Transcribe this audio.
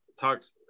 talks